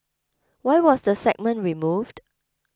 why was the segment removed